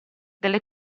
delle